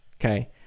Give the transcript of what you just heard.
Okay